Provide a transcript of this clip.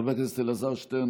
חבר הכנסת אלעזר שטרן,